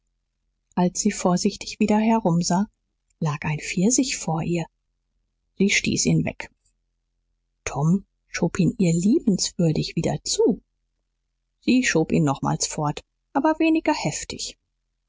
als sie vorsichtig wieder herumsah lag ein pfirsich vor ihr sie stieß ihn weg tom schob ihn ihr liebenswürdig wieder zu sie schob ihn nochmals fort aber weniger heftig